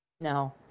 No